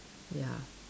ya